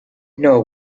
know